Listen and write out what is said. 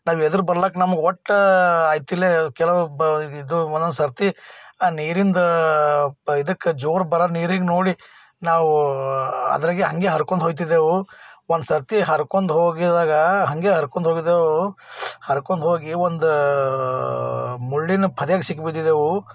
ನಾವು ಎದುರು ಬರಲಿಕ್ಕೆ ನಮ್ಗೆ ಒಟ್ಟು ಆಗ್ತಿಲ್ಲೇ ಕೆಲವು ಬ ಇದು ಒಂದೊಂದುಸರ್ತಿ ಆ ನೀರಿಂದು ಇದಕ್ಕೆ ಜೋರು ಬರೋದು ನೀರನ್ನು ನೋಡಿ ನಾವು ಅದರಾಗೆ ಹಂಗೆ ಹರ್ಕೊಂಡು ಹೋಗ್ತಿದ್ದೆವು ಒಂದುಸರ್ತಿ ಹರ್ಕೊಂಡು ಹೋಗಿದ್ದಾಗ ಹಂಗೆ ಹರ್ಕೊಂಡು ಹೋಗಿದ್ದೆವು ಹರ್ಕೊಂಡು ಹೋಗಿ ಒಂದು ಮುಳ್ಳಿನ ಪೊದ್ಯಾಗೆ ಸಿಕ್ಕಿ ಬಿದ್ದಿದ್ದೆವು